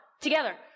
together